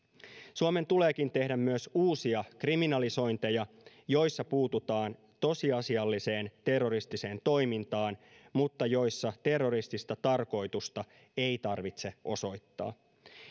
suomen tuleekin tehdä myös uusia kriminalisointeja joissa puututaan tosiasialliseen terroristiseen toimintaan mutta joissa terroristista tarkoitusta ei tarvitse osoittaa